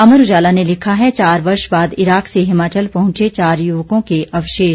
अमर उजाला ने लिखा है चार वर्ष बाद इराक से हिमाचल पहुंचे चार युवकों के अवशेष